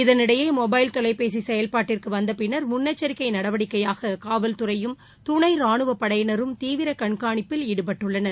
இதனிடையே மொபைல் தொலைபேசி செயல்பாட்டிற்கு வந்தபின் முன்னெச்சிக்கை நடவடிக்கையாக காவல்துறையும் துணை ரானுவப்படையினரும் தீவிர கண்காணிப்பில் ஈடுபட்டுள்ளன